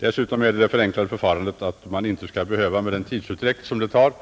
Vidare bör det förenklade förfarandet kunna tillämpas, så att man inte, med den tidsutdräkt det innebär,